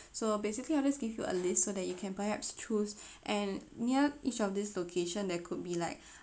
so basically I'll just give you a list so that you can perhaps choose and near each of these locations that could be like